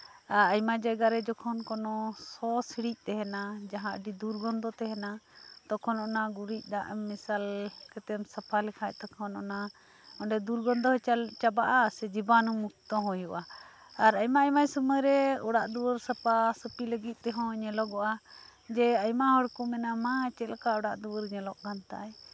ᱮᱫ ᱟᱭᱢᱟ ᱡᱟᱭᱜᱟ ᱨᱮ ᱡᱚᱠᱷᱚᱱ ᱠᱳᱱᱳ ᱥᱚᱼᱥᱤᱬᱤᱡ ᱛᱟᱦᱮᱱᱟ ᱡᱟᱦᱟᱸ ᱟᱹᱰᱤ ᱫᱩᱨᱜᱚᱱᱫᱷᱚ ᱛᱟᱦᱮᱱᱟ ᱛᱚᱠᱷᱚᱱ ᱚᱱᱟ ᱜᱩᱨᱤᱡ ᱫᱟᱜ ᱮᱢ ᱢᱮᱥᱟᱞ ᱠᱟᱛᱮ ᱮᱢ ᱥᱟᱯᱷᱟ ᱞᱮᱠᱷᱟᱱ ᱛᱚᱠᱷᱚᱱ ᱚᱱᱟ ᱫᱩᱨᱜᱚᱱᱫᱷᱚ ᱪᱟᱵᱟᱜᱼᱟ ᱥᱮ ᱡᱤᱵᱟᱱᱩ ᱢᱩᱠᱛᱚ ᱦᱚᱸ ᱦᱳᱭᱳᱜᱼᱟ ᱟᱨ ᱟᱭᱢᱟᱼᱟᱭᱢᱟ ᱥᱚᱢᱚᱭ ᱨᱮ ᱚᱲᱟᱜ ᱫᱩᱣᱟᱹᱨ ᱥᱟᱯᱷᱟᱼᱥᱟᱯᱷᱤ ᱞᱟᱜᱤᱫ ᱛᱮᱦᱚᱸ ᱧᱮᱞᱚᱜᱚᱜᱼᱟ ᱡᱮᱸ ᱟᱭᱢᱟ ᱦᱚᱲ ᱠᱚ ᱢᱮᱱᱟ ᱢᱟ ᱪᱮᱫ ᱞᱮᱠᱟ ᱚᱲᱟᱜ ᱫᱩᱣᱟᱹᱨ ᱧᱮᱞᱚᱜ ᱠᱟᱱ ᱛᱟᱭ